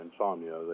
insomnia